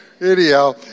Anyhow